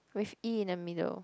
with E in the middle